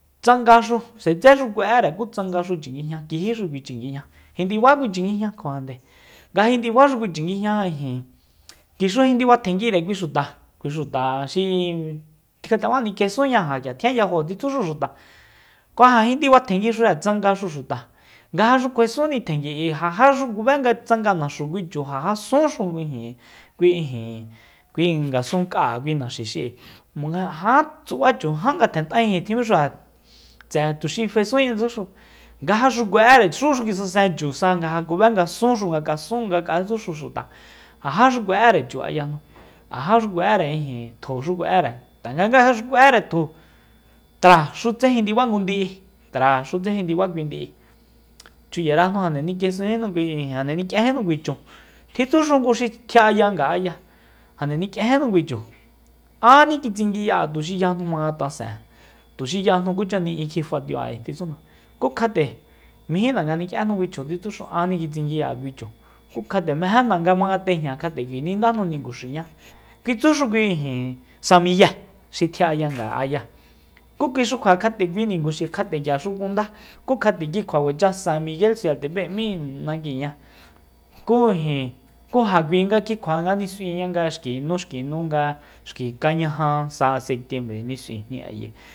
Tsangaxu s'atsexu kue'ére ku tsangaxu chinguijña kijí xu kui chinguijña jindiba kui chinguijña kuajande nga jindibaxi kui chinguijña ijin kui xu jindiba tjenguire kui xuta kui xuta xi kjat'ema nikjesúnña ja k'ia tjian yajo tjitsuxu xuta kuja jindibatjenguixure tsangaxu xuta nga jaxu kuensunni tjengui k'ui ja jaxu kube nga tsanga naxu kui chu ja ja sunxu kui ijin kui ngasunk'a'e kui naxi xi'i monga ja já tsuba chu jan ngatjen t'ainji tjimíxure tse'e tuxi fesuntseña tsuxu nga jaxu kue'ere xúxu kisasen chusa nga ja kube nga sunxu ngak'a sun ngak'a tsúxu xuta ja jaxu kue'ére chu ayajnu ja jaxu kue'ére tju xu kue'ére tanga nga jaxu kue'éretju traxutse jindiba ngu ndi'i traxutse jindiba kui ndi'i chuyarajnu jande nikjesúnjinu jande nik'iéjíjnu kui chu tjitsuxu nguxi kji'aya nga'aya jande nik'iejíjnu kui chu anni kitsinguiya'an tuxi yajnu jmanga tasen'a tuxi yajnu kucha ni'i tje fa'atiu'an ku kjat'e mejína nga nikíenjnu kui chu kitsúxu anni kitsinguiya'an kui chu kjat'e mejena jmanga tejña kjat'e nindajnu ninguxiña kitsúxu kui ijin san miye xi kji'aya nga'aya ku kui xu kjua kjat'e kui ninguxi kjat'e k'iaxu kunda ku kjat'e ki kjua kuacha san miguel soyaltepe m'í nanguiña ku ijin ku ja k'ui nga ki kjua nga nis'uiña nga xki nu xki nu nga xki kañaja sa setiembre ni s'uijni ayi